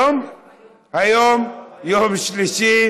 24,